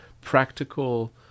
practical